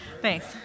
Thanks